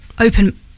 open